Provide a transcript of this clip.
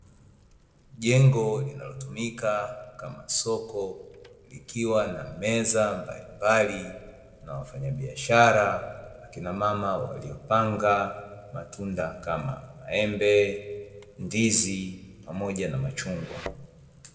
Jengo linalotumika kama soko likiwa na meza mbalimbali na wafanyabiashara wakina mama waliopanga matunda kama maembe, ndizi pamoja na machungwa.